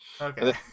Okay